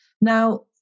Now